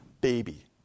baby